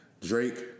Drake